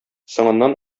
соңыннан